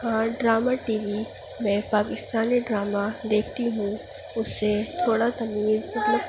ہاں drama TV میں Pakistani drama دیکھتی ہوں اس سے تھوڑا تمیز مطلب